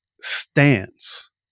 stance